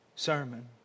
sermon